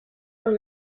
dans